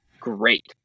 great